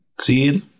See